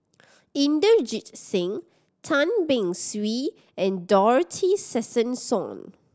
Inderjit Singh Tan Beng Swee and Dorothy Tessensohn